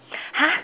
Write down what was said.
!huh!